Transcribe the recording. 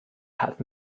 had